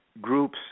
groups